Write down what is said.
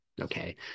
okay